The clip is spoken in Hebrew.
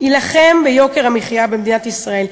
יילחם ביוקר המחיה במדינת ישראל,